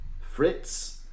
Fritz